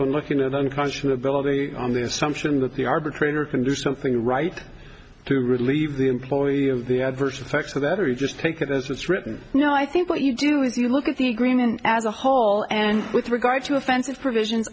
when looking at the unconscious ability on the assumption that the arbitrator can do something right to relieve the employee of the adverse effects of that or you just take it as it's written no i think what you do is you look at the agreement as a whole and with regard to offensive provisions